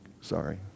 sorry